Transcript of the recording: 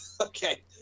Okay